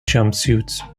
jumpsuits